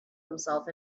himself